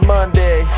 Monday